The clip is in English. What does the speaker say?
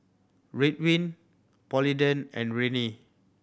Ridwind Polident and Rene